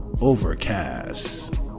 Overcast